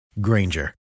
Granger